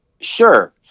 Sure